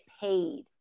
paid